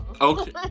okay